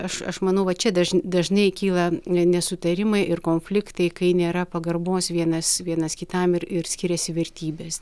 aš aš manau va čia daž dažnai kyla n nesutarimai ir konfliktai kai nėra pagarbos vienas vienas kitam ir ir skiriasi vertybės